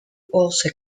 also